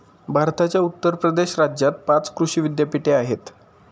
भारताच्या उत्तर प्रदेश राज्यात पाच कृषी विद्यापीठे आहेत